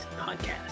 podcast